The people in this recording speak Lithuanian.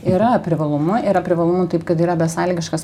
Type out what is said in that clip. yra privalumų yra privalumų taip kad yra besąlygiškas